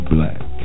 Black